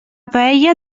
paella